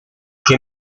che